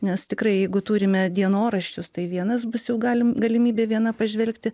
nes tikrai jeigu turime dienoraščius tai vienas bus jau galim galimybė viena pažvelgti